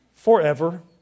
Forever